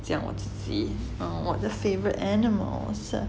见我自己 um 我的 favourite animals